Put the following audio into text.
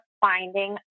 finding